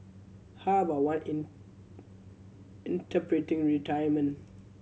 how about one in interpreting retirement